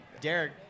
Derek